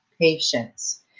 patience